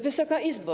Wysoka Izbo!